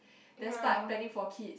then start planning for kids